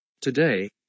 Today